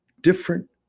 different